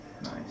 Nice